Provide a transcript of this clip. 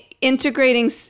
integrating